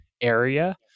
area